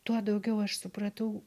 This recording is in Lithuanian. tuo daugiau aš supratau